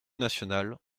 nationale